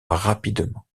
rapidement